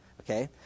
okay